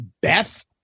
Beth